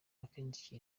akenshi